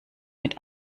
mit